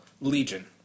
Legion